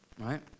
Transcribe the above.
right